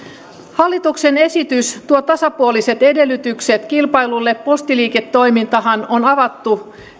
hallituksen esitys tuo tasapuoliset edellytykset kilpailulle postiliiketoimintahan on avattu